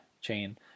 chain